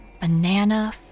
banana